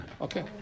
Okay